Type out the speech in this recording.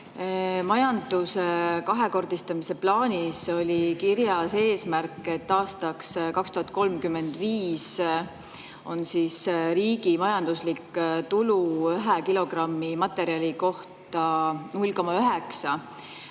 Majanduse kahekordistamise plaanis oli kirjas eesmärk, et aastaks 2035 on riigi majanduslik tulu ühe kilogrammi materjali kohta 0,9